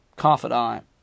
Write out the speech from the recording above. Confidant